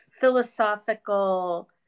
philosophical